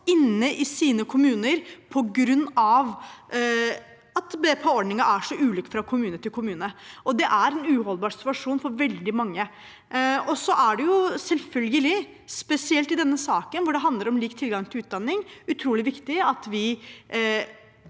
inne i sine kommuner på grunn av at BPA-ordningen er så ulik fra kommune til kommune. Det er en uholdbar situasjon for veldig mange. Det er selvfølgelig utrolig viktig – spesielt i denne saken som handler om lik tilgang til utdanning – at vi